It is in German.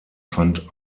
fand